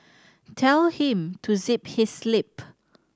tell him to zip his lip